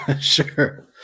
Sure